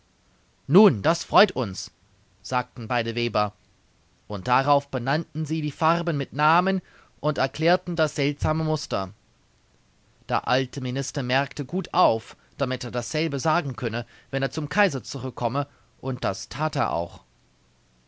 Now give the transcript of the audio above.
nun das freut uns sagten beide weber und darauf benannten sie die farben mit namen und erklärten das seltsame muster der alte minister merkte gut auf damit er dasselbe sagen könne wenn er zum kaiser zurückkomme und das that er auch